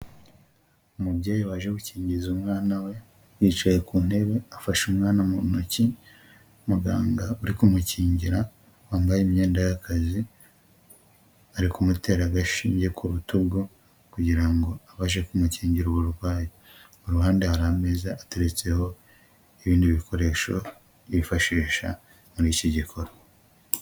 Umubyeyi waje gukingiza umwana we, yicaye ku ntebe, afashe umwana mu ntoki, muganga uri kumukingira wambaye imyenda y'akazi, ari kumutera agashinge ku rutugu kugira ngo abashe kumukingira uburwayi, mu ruhande hari ameza ateretseho ibindi bikoresho bifashisha muri iki gikorwa.